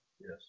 Yes